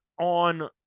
on